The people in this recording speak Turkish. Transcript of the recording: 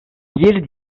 bir